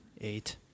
Eight